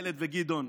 אילת וגדעון,